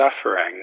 suffering